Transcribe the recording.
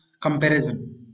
comparison